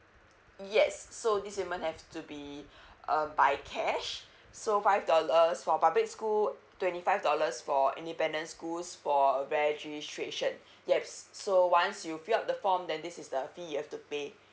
yes so this payment have to be um by cash so five dollars for public school twenty five dollars for independent schools for registration yes so once you fill up the form then this is the fee you have to pay